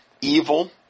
evil